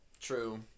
True